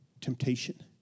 temptation